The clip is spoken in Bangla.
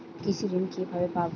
কৃষি ঋন কিভাবে পাব?